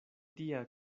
tia